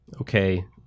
Okay